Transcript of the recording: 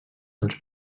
dels